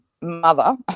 mother